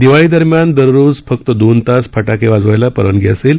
दिवाळीदरम्यान दररोज फक्त दोन तास फटाके वाजवायला परवानगी असेल